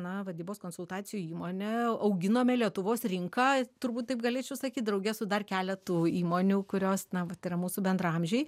na vadybos konsultacijų įmonė auginome lietuvos rinką turbūt taip galėčiau sakyt drauge su dar keletu įmonių kurios na vat yra mūsų bendraamžiai